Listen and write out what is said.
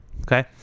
Okay